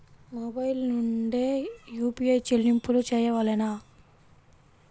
Mobile నుండే UPI చెల్లింపులు చేయవలెనా?